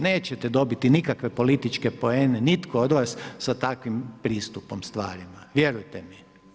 Nećete dobiti nikakve političke poene nitko od vas sa takvim pristupom stvarima, vjerujte mi.